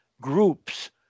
groups